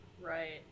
Right